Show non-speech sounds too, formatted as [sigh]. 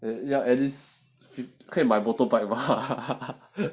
ya it is 可以买 motorbike mah [laughs]